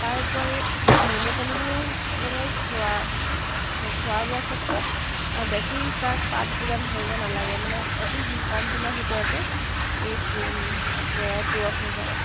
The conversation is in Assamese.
তাৰ উপৰি নুনী পলুটো মানে খোৱা সেই খোৱা বোৱা ক্ষেত্ৰত বেছি তাক পাত যোগান ধৰিব নালাগে মানে অতি সো কম দিনৰ ভিতৰতে এই প পকে পুৰঠ হৈ যায়